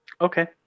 Okay